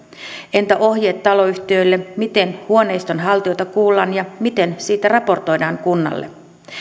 entä ohjeet taloyhtiöille miten huoneiston haltijoita kuullaan ja miten siitä raportoidaan kunnalle